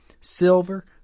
silver